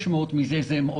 600 מיליון שקל זה הוצאות.